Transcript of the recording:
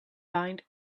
bind